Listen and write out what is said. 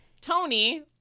Tony